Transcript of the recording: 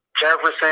Jefferson